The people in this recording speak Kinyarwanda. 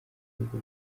y’uko